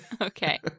Okay